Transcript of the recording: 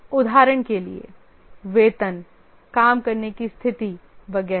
उदाहरण के लिए वेतन काम करने की स्थिति वगैरह